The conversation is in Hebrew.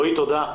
רועי, תודה.